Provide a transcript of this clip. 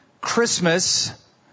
Christmas